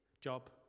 Job